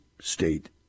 state